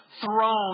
throne